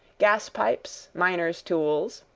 gas-pipes, miners' tools,